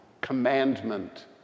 commandment